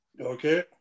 Okay